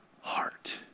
heart